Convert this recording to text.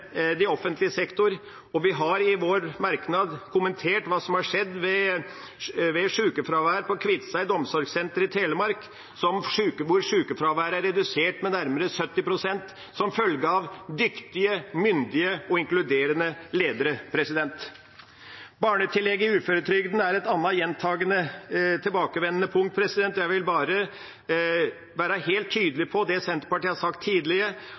innenfor offentlig sektor, og vi har i vår merknad kommentert hva som har skjedd ved sykefravær på Kviteseid Omsorgssenter i Telemark, hvor sykefraværet er redusert med nærmere 70 pst. som følge av dyktige, myndige og inkluderende ledere. Barnetillegget i uføretrygden er et annet gjentagende og tilbakevendende punkt, og jeg vil bare være helt tydelig på det som Senterpartiet har sagt tidligere,